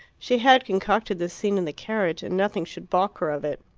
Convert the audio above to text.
she had concocted this scene in the carriage, and nothing should baulk her of it.